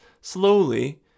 slowly